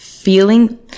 feeling